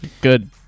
good